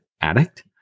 addict